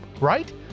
right